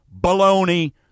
baloney